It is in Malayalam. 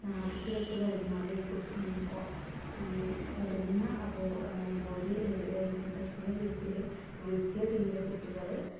അടുക്കിവെച്ച് കഴിഞ്ഞാൽ ഈ കുട്ടി ഓ എറിഞ്ഞ ആ എറിഞ്ഞു വീഴ്ത്തില് വീഴ്ത്തിയ ടീമിലെ കുട്ടികൾ